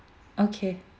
okay